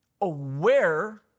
aware